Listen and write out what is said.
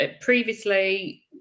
previously